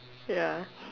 ya